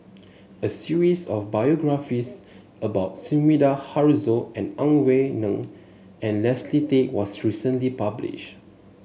a series of biographies about Sumida Haruzo and Ang Wei Neng and Leslie Tay was recently published